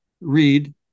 read